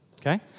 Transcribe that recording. okay